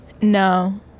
No